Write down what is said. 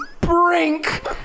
brink